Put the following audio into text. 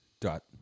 dot